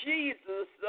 Jesus